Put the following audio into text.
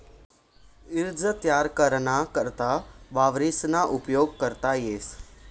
ईज तयार कराना करता वावरेसना उपेग करता येस